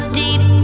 deep